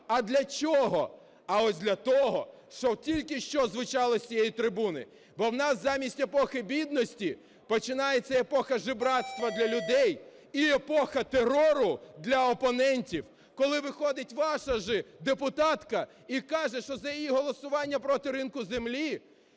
А для чого? А ось для того, що тільки що звучало з цієї трибуни, бо в нас замість епохи бідності починається епоха жебрацтва для людей і епоха терору для опонентів, коли виходить ваша ж депутатка і каже, що за її голосування проти ринку землі